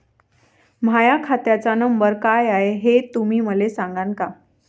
माह्या खात्याचा नंबर काय हाय हे तुम्ही मले सागांन का?